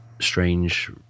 strange